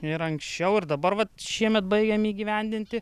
ir anksčiau ir dabar vat šiemet baigiam įgyvendinti